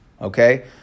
Okay